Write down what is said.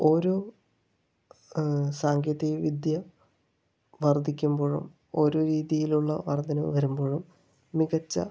ഓരോ സാങ്കേതിക വിദ്യ വർദ്ധിക്കുമ്പോളും ഓരോ രീതിയിലുള്ള വർദ്ധനവ് വരുമ്പോളും മികച്ച